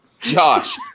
Josh